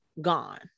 gone